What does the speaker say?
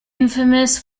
infamous